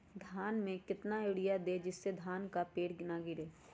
धान में कितना यूरिया दे जिससे धान का पेड़ ना गिरे?